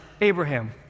Abraham